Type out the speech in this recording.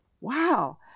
wow